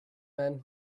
man